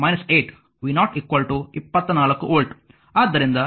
v0 3 8 v0 24 volt